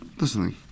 listening